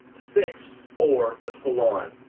fixed for the salon.